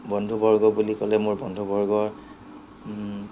বন্ধুবৰ্গ বুলি ক'লে মোৰ বন্ধুবৰ্গৰ